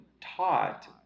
taught